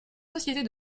sociétés